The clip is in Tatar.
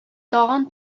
тагын